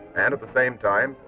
and at the same time,